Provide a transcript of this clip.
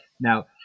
Now